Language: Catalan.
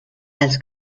els